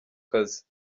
kazi